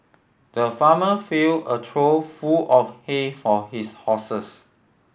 the farmer filled a trough full of hay for his horses